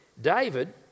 David